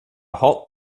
halt